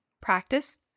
practice